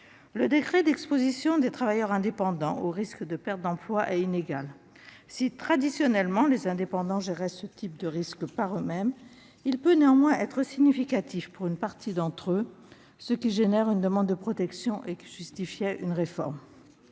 Le degré d'exposition des travailleurs indépendants au risque de perte d'emploi est inégal. Si, traditionnellement, les indépendants le géraient par eux-mêmes, ce risque peut néanmoins être significatif pour une partie d'entre eux, ce qui provoque une demande de protection justifiant une réforme.